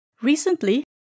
Recently